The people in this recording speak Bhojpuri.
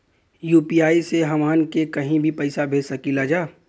यू.पी.आई से हमहन के कहीं भी पैसा भेज सकीला जा?